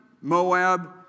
Moab